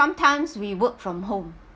sometimes we work from home